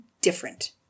different